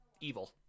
evil